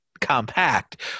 compact